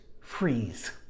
freeze